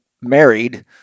married